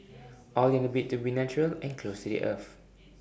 all in A bid to be natural and close to the earth